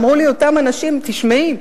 אמרו לי אותם אנשים: תשמעי,